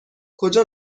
کجا